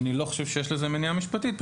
אני לא חושב שיש לזה מניעה משפטית.